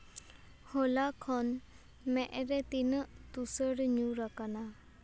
ᱦᱚᱞᱟ ᱠᱷᱚᱱ ᱢᱮᱫ ᱨᱮ ᱛᱤᱱᱟᱹᱜ ᱛᱩᱥᱟᱹᱨ ᱧᱩᱨ ᱟᱠᱟᱱᱟ